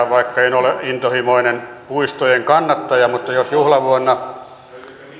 vaikka en ole intohimoinen puistojen kannattaja mutta jos juhlavuonna